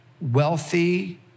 wealthy